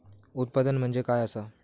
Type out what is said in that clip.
उत्पादन म्हणजे काय असा?